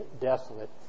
desolate